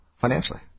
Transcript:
financially